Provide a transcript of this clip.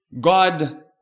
God